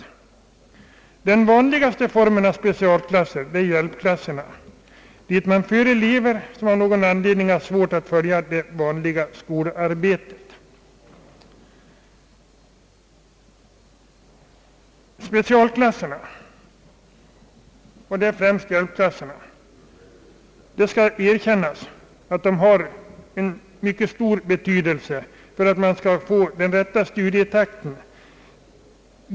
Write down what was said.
Den vanligaste formen av specialklasser är hjälpklasserna, dit man för elever som av någon anledning har svårt att följa det vanliga skolarbetet. Dessa specialklasser har, det skall erkännas, en mycket stor betydelse genom att varje elev tack vare dem får den rätta studietakten.